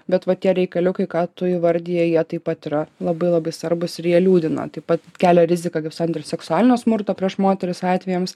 bet va tie reikaliukai ką tu įvardijai jie taip pat yra labai labai svarbūs ir jie liūdina taip pat kelia riziką kaip sandėlis seksualinio smurto prieš moteris atvejams